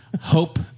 Hope